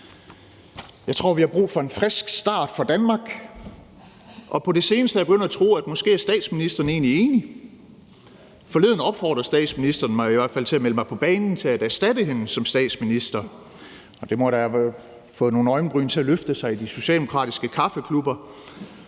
Jeg tror, vi har brug for en frisk start for Danmark, og på det seneste er jeg begyndt at tro, at statsministeren måske er enig. Forleden opfordrede statsministeren mig i hvert fald til at melde mig på banen til at erstatte hende som statsminister. Det må da have fået nogle øjenbryn til at løfte sig i de socialdemokratiske kaffeklubber,